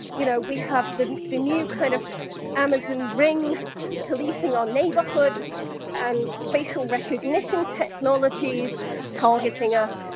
you know we have the the new kind of amazon ring policing on neighborhoods and facial recognition technologies targeting us.